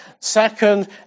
Second